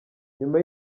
nyuma